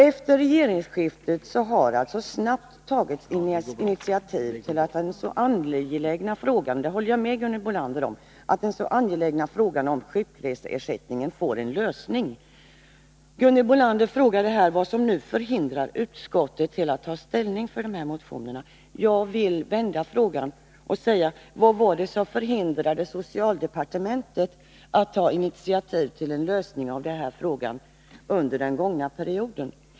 Efter regeringsskiftet har det alltså snabbt tagits initiativ till att den så angelägna frågan — på den punkten håller jag med Gunhild Bolander — om sjukreseersättning skall få en lösning. Gunhild Bolander frågade vad som nu förhindrar utskottet att ta ställning till förmån för motionerna. Jag vill vända på frågan och säga: Vad var det som förhindrade socialdepartementet att ta initiativ till en lösning av den här frågan under den förra regeringsperioden?